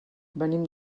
venim